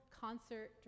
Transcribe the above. concert